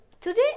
today